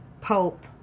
Pope